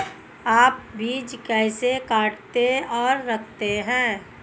आप बीज कैसे काटते और रखते हैं?